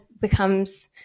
becomes